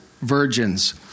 Virgins